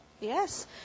Yes